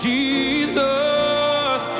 Jesus